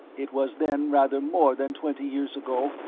it was then rather more than twenty years ago,